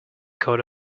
code